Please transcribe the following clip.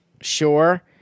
sure